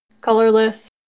colorless